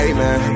Amen